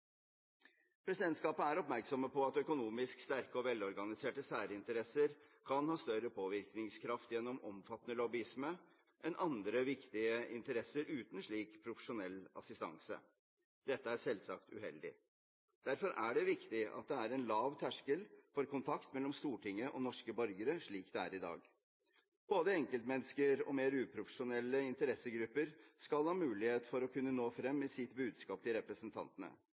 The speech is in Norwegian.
Presidentskapet er oppmerksom på at økonomisk sterke og velorganiserte særinteresser kan ha større påvirkningskraft gjennom omfattende lobbyisme enn andre viktige interesser uten slik profesjonell assistanse. Dette er selvsagt uheldig. Derfor er det viktig at det er en lav terskel for kontakt mellom Stortinget og norske borgere, slik det er i dag. Både enkeltmennesker og mer uprofesjonelle interessegrupper skal ha mulighet for å kunne nå frem med sitt budskap til representantene.